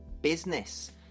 business